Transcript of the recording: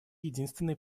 единственной